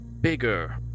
bigger